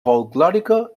folklòrica